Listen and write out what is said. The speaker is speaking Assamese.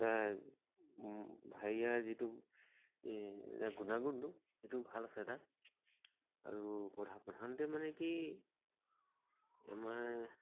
তাৰ ভাইয়া যিটো এই গুণাগুণটো সেইটো ভাল আছে তাক আৰু প্ৰধানতে মানে কি আমাৰ